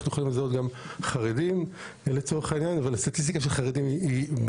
אנחנו יכולים לזהות גם חרדים לצורך העניין הסטטיסטיקה של החרדים בנושא